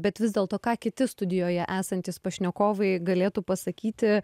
bet vis dėlto ką kiti studijoje esantys pašnekovai galėtų pasakyti